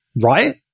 Right